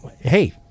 hey